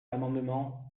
l’amendement